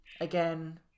again